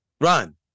Run